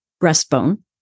breastbone